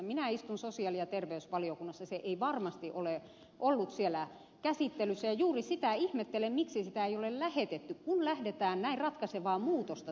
minä istun sosiaali ja terveysvaliokunnassa ja se ei varmasti ole ollut siellä käsittelyssä ja juuri sitä ihmettelen miksi sitä ei ole lähetetty kun lähdetään näin ratkaisevaa muutosta tekemään